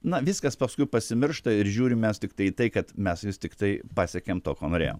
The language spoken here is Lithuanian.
na viskas paskui pasimiršta ir žiūrim mes tiktai į tai kad mes vis tiktai pasiekėm to ko norėjom